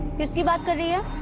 just given her